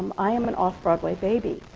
um i am an off-broadway baby.